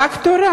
כבוד